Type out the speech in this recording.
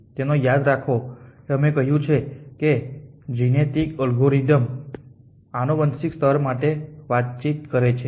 તેથી યાદ રાખો કે અમે કહ્યું છે કે જિનેટિક અલ્ગોરિધમ આનુવંશિક સ્તર માટે વાતચીત કરે છે